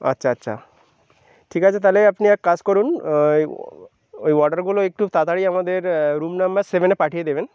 আচ্ছা আচ্ছা ঠিক আছে তাহলে আপনি এক কাজ করুন ওই অঅ ওই অর্ডারগুলো একটু তাড়াতাড়ি আমাদের রুম নম্বর সেভেনে পাঠিয়ে দেবেন